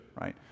right